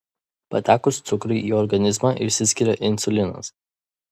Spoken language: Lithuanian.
patekus cukrui į organizmą išsiskiria insulinas